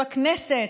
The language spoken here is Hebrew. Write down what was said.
ובכנסת,